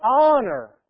honor